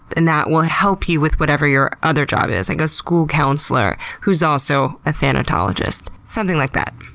and that will help you with whatever your other job is, like a school counselor who's also a thanatologist. something like that.